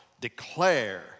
declare